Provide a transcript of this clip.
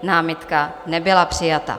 Námitka nebyla přijata.